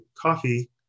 coffee